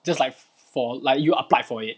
just like for like you applied for it